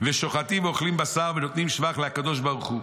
ושוחטין ואוכלין בשר ונותנין שבח לקדוש ברוך הוא.